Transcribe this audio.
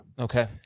Okay